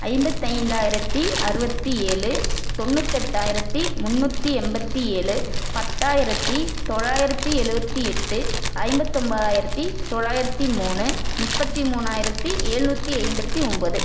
ஐம்பத்தைந்தாயிரத்தி அறுபத்தி ஏழு தொண்ணுற்றெட்டாயிரத்தி முன்னூத்தி எண்பத்தி ஏழு பத்தாயிரத்தி தொள்ளாயிரத்தி எழுபத்தி எட்டு ஐம்பத்தொன்பதாயிரத்தி தொள்ளாயிரத்தி மூணு முப்பத்தி மூணாயிரத்தி எழுநூற்றி ஐம்பத்தி ஒன்பது